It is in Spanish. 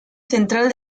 central